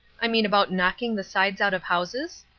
i mean about knocking the sides out of houses?